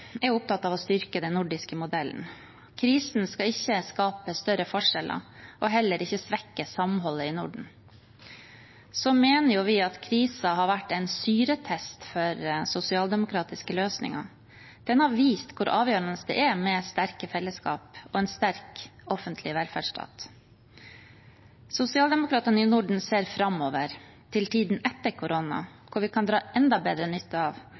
er opptatt av å styrke den nordiske modellen. Krisen skal ikke skape større forskjeller og heller ikke svekke samholdet i Norden. Vi mener krisen har vært en syretest for sosialdemokratiske løsninger. Den har vist hvor avgjørende det er med sterke fellesskap og en sterk offentlig velferdsstat. Sosialdemokratene i Norden ser framover til tiden etter koronaen, hvor vi kan dra enda bedre nytte av